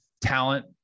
talent